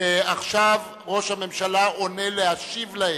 ועכשיו ראש הממשלה עולה להשיב להם,